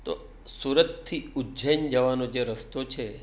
તો સુરતથી ઉજ્જૈન જવાનો જે રસ્તો છે